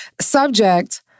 Subject